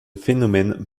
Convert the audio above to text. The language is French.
phénomène